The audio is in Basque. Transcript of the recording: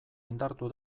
indartu